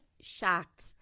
shocked